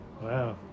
Wow